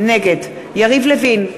נגד יריב לוין,